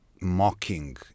mocking